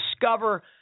discover